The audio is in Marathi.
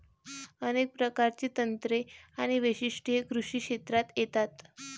अनेक प्रकारची तंत्रे आणि वैशिष्ट्ये कृषी क्षेत्रात येतात